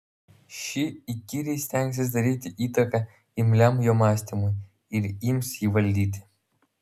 ši įkyriai stengsis daryti įtaką imliam jo mąstymui ir ims jį valdyti